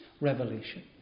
revelation